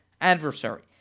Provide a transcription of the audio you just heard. adversary